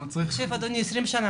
זה כבר 20 שנה.